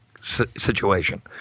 situation